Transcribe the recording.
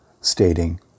stating